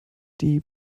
die